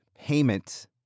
payment